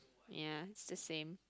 ya it's the same